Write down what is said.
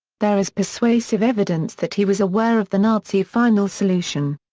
there is persuasive evidence that he was aware of the nazi final solution.